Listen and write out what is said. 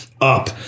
up